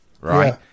right